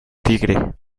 tigre